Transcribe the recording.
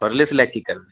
Horlicks लैके की करबै